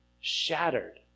Shattered